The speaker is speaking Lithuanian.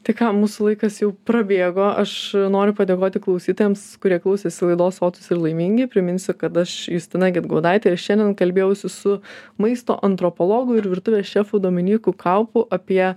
tai ką mūsų laikas jau prabėgo aš noriu padėkoti klausytojams kurie klausėsi laidos sotūs ir laimingi priminsiu kad aš justina gedgaudaitė ir šiandien kalbėjausi su maisto antropologu ir virtuvės šefu dominyku kaupu apie